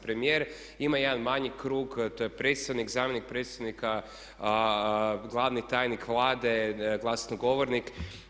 Premijer ima jedan manji krug, to je predstojnik, zamjenik predstojnika, glavni tajnik Vlade, glasnogovornik.